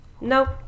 Nope